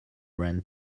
run